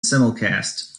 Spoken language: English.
simulcast